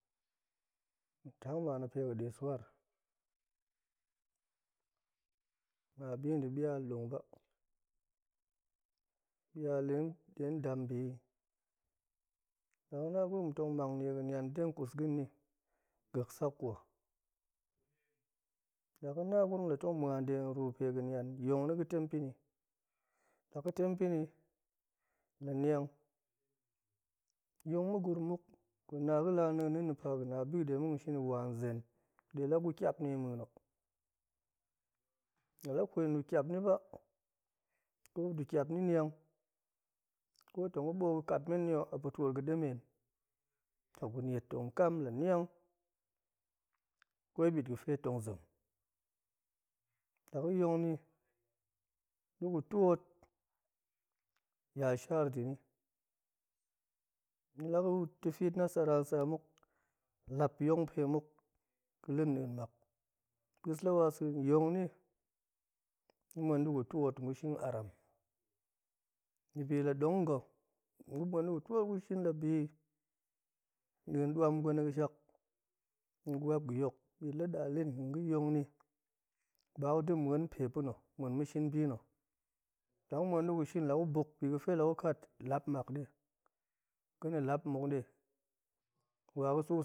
Hen tang man a pe ga̱ de swar ga̱na bi de bial dong ba bial detong dambiyi la ga̱ na gurum tong mang nie ga̱nian dega̱ kus ga̱ni gagsak kwa la ga̱ na gurum tong muan de ga̱ru pe ga̱nian yong ni ga̱ tem pa̱ni la ga̱ tem pa̱ni la niang yong ma̱ gurum muk guna ga̱lanien na̱no wa zen de la gu kiap ni ma̱a̱nok ma̱p la ƙut ɗe kiap ni ba ko ɗe kiap ni niang ko tong ga̱ ɓoot ga̱ katmeni hok a pa̱tiot ga̱ ɗemen to gu niat la kam la niang ko bit ga̱fe tong zem la ga̱ yong ni dega̱ tiot ya shar deni ni la ga̱ tifi nasara lap yong pe muk le din mak pus la wa suun yong ni gu muan dega̱ tiot gu shin aram debi la dong ga̱ gu muan gu shin la bi din duam gwan bit la da lin tong ga̱ yong ba dega̱ ma̱ muan pe pa̱no ma̱ shin bi na̱ la gu muan gu buk la gu kat lap mak die ga̱na̱ lap wa ga̱ su,